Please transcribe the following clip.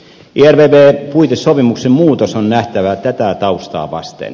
ervv puitesopimuksen muutos on nähtävä tätä taustaa vasten